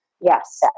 Yes